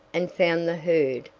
and found the herd,